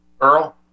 Earl